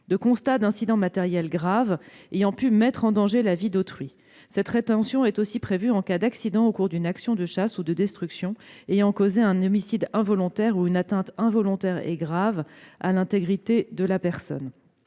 de constat d'incident matériel grave ayant pu mettre en danger la vie d'autrui. Cette rétention est aussi prévue en cas d'accident au cours d'une action de chasse ou de destruction ayant causé un homicide involontaire ou une atteinte involontaire et grave à l'intégrité de la personne.